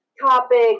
topic